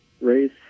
race